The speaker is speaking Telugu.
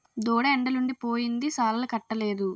దూడ ఎండలుండి పోయింది సాలాలకట్టలేదు